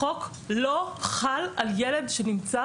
החוק לא חל על תלמיד חרדי שנמצא